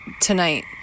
tonight